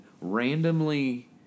randomly